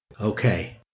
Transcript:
Okay